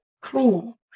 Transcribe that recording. Cool